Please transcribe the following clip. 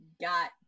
got